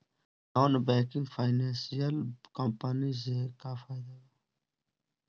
Non banking financial company से का फायदा बा?